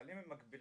אבל אם הם מגבילים,